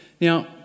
Now